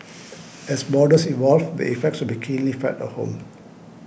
as borders evolve the effects would be keenly felt at home